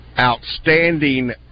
outstanding